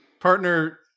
partner